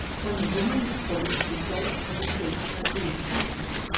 when the woman reported the result of the search as being fruitless,